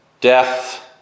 death